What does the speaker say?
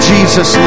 Jesus